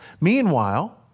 Meanwhile